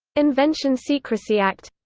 invention secrecy act